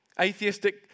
atheistic